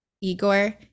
igor